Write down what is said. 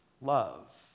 love